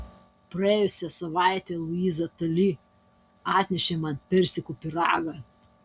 praėjusią savaitę luiza tali atnešė man persikų pyragą